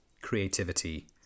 Creativity